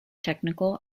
technical